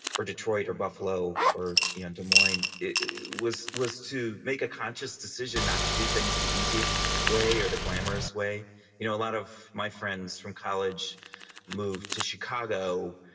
or detroit, or buffalo, or des and moines was was to make a conscious decision not to do things the easy way, or the glamorous way you know a lot of my friends from college moved to chicago,